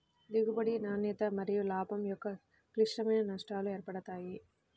దిగుబడి, నాణ్యత మరియులాభం యొక్క క్లిష్టమైన నష్టాలు ఏర్పడతాయి